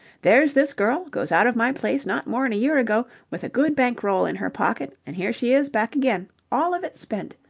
there's this girl, goes out of my place not more'n a year ago, with a good bank-roll in her pocket, and here she is, back again, all of it spent.